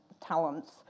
talents